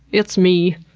it's me.